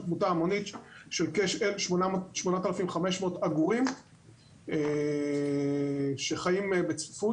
תמותה המונית של כ-8,500 עגורים שחיים בצפיפות.